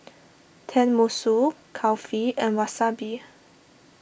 Tenmusu Kulfi and Wasabi